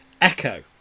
Echo